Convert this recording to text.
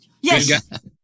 Yes